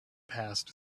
passed